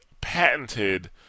patented